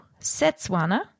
Setswana